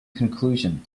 conclusion